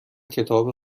کتاب